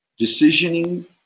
decisioning